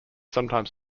sometimes